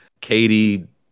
Katie